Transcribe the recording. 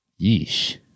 Yeesh